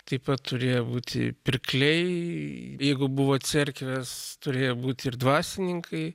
taip pat turėjo būti pirkliai jeigu buvo cerkvės turėjo būti ir dvasininkai